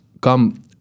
come